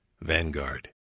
Vanguard